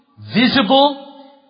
visible